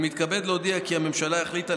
אני מתכבד להודיע כי הממשלה החליטה,